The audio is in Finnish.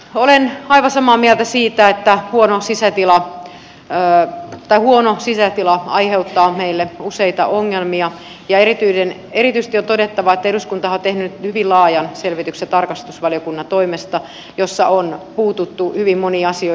olen aivan samaa mieltä siitä että huono sisäilma aiheuttaa meille useita ongelmia ja erityisesti on todettava että eduskuntahan on tehnyt hyvin laajan selvityksen tarkastusvaliokunnan toimesta jossa on puututtu hyviin moniin asioihin